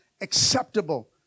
acceptable